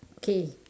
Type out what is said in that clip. okay